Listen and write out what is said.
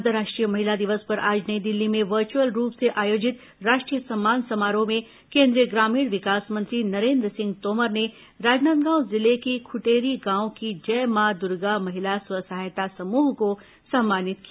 अंतर्राष्ट्रीय महिला दिवस पर आज नई दिल्ली में वर्चुअल रूप से आयोजित राष्ट्रीय सम्मान समारोह में केंद्रीय ग्रामीण विकास मंत्री नरेन्द्र सिंह तोमर ने राजनांदगांव जिले के खुटेरी गांव की जय मां दुर्गा महिला स्व सहायता समूह को सम्मानित किया